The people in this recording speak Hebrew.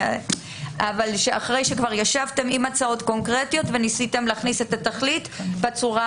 אבל אחרי שכבר ישבתם עם הצעות קונקרטיות וניסיתם להכניס את התכלית בצורה